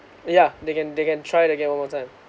yeah they can they can try it again one more time